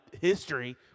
history